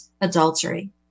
adultery